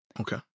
Okay